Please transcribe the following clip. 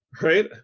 Right